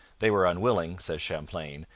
they were unwilling says champlain,